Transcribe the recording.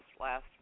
last